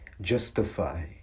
justify